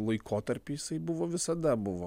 laikotarpį jisai buvo visada buvo